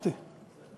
אמרתי.